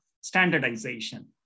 standardization